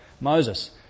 Moses